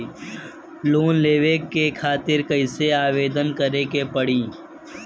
Loan लेवे खातिर कइसे आवेदन करें के पड़ी?